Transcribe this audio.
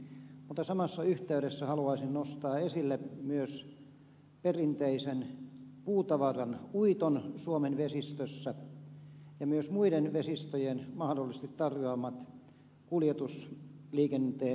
mutta samassa yhteydessä haluaisin nostaa esille myös perinteisen puutavaran uiton suomen vesistöissä ja myös muiden vesistöjen mahdollisesti tarjoamat kuljetusliikenteen mahdollisuudet